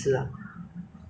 ah 自然自然讲